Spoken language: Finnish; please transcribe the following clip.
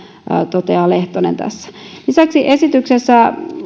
toteaa lehtonen lisäksi esityksessä